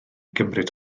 gymryd